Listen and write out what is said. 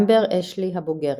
אמבר / אש-לי הבוגרת.